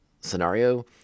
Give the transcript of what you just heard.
scenario